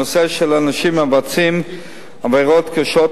הנושא של אנשים המבצעים עבירות קשות,